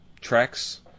tracks